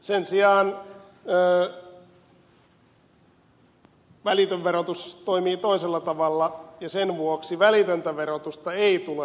sen sijaan välitön verotus toimii toisella tavalla ja sen vuoksi välitöntä verotusta ei tule alentaa